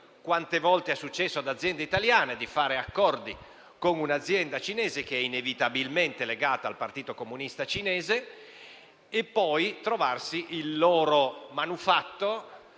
Quante volte è successo ad aziende italiane di fare accordi con un'azienda cinese - che è inevitabilmente legata al Partito comunista cinese - e trovarsi poi il loro manufatto